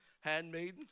handmaiden